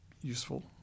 useful